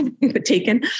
taken